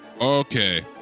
Okay